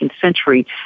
century